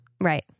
Right